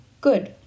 good